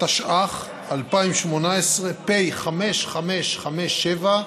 התשע"ח 2018, פ/5557,